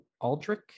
Aldrich